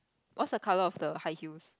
what's the color of the high heels